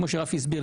כמו שרפי הסביר,